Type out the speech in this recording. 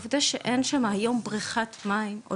העובדה שאין שם היום בריכת מים,